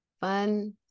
fun